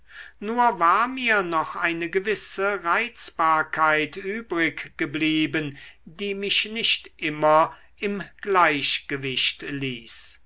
nur war mir noch eine gewisse reizbarkeit übrig geblieben die mich nicht immer im gleichgewicht ließ